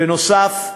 בנוסף,